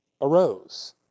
arose